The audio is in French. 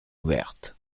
ouverte